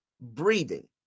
breathing